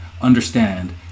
understand